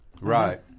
Right